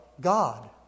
God